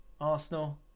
Arsenal